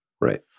Right